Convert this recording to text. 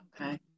Okay